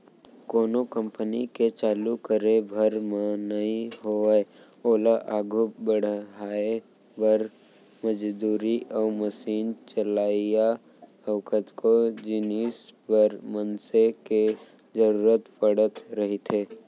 कोनो कंपनी के चालू करे भर म नइ होवय ओला आघू बड़हाय बर, मजदूरी अउ मसीन चलइया अउ कतको जिनिस बर मनसे के जरुरत पड़त रहिथे